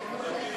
מס'